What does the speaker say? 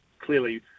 clearly